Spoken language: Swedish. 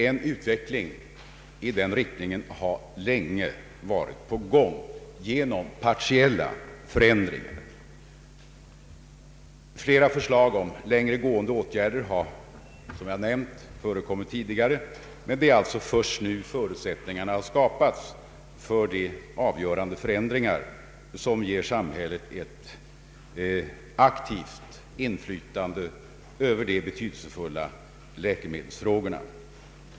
En utveckling i denna riktning har länge varit på gång genom partiella förändringar. Flera förslag om längre gående åtgärder har som jag nämnt framförts tidigare, men det är alltså först nu som förutsättningarna föreligger för de avgörande förändringar som ger samhället ett aktivt inflytande över de betydelsefulla läkemedelsfrågorna.